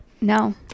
No